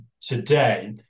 today